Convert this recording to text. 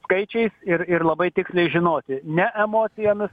skaičiais ir ir labai tiksliai žinoti ne emocijomis